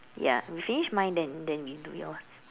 ya we finish mine then then we do yours